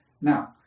Now